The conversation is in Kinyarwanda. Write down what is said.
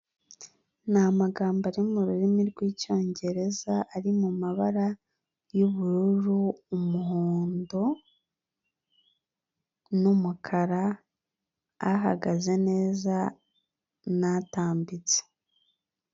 Ni amagambo ari muru rurimi rw'Icyongereza ari mu mabara y'ubururu, umuhondo n'umukara; ahagaze neza n'atambitse.